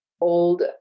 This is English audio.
old